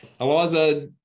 Eliza